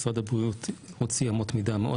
משרד הבריאות מוציא אמות מידה מאוד